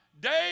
Dave